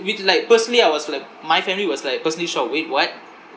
which like personally I was like my family was like personally shocked wait what